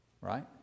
Right